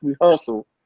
rehearsal